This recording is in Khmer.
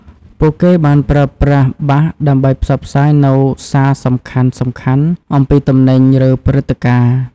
ពួកគេបានប្រើប្រាស់បាសដើម្បីផ្សព្វផ្សាយនូវសារសំខាន់ៗអំពីទំនិញឬព្រឹត្តិការណ៍។